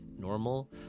normal